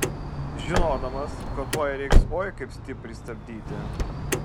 žinodamas kad tuoj reiks oi kaip stipriai stabdyti